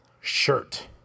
shirt